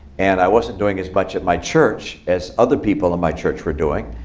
and i wasn't doing as much at my church as other people in my church were doing.